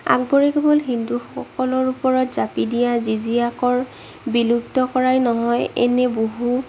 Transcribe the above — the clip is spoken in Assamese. আকবৰে কেৱল হিন্দুসকলৰ ওপৰত জাপি দিয়া জিজিয়াকৰ বিলুপ্ত কৰাই নহয় এনে বহু